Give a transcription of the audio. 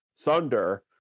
Thunder